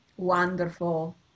Wonderful